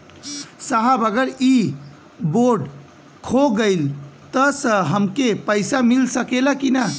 साहब अगर इ बोडखो गईलतऽ हमके पैसा मिल सकेला की ना?